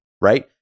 right